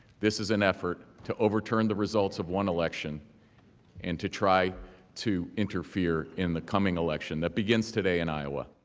this is an effort to overturn the results of one election and to try to interfere in the coming election that begins today in iowa.